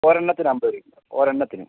ഒരെണ്ണത്തിന് അമ്പത് രൂപ ഒരെണ്ണത്തിന്